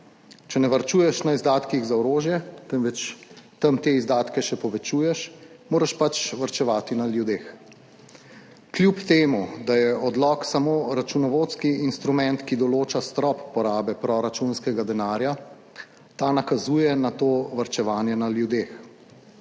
Če ne varčuješ na izdatkih za orožje, temveč tam te izdatke še povečuješ, moraš pač varčevati na ljudeh. Kljub temu, da je odlok samo računovodski instrument, ki določa strop porabe proračunskega denarja, ta nakazuje na to varčevanje na ljudeh.